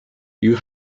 you